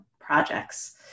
projects